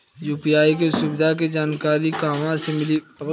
UPI के सुविधा के जानकारी कहवा से मिली?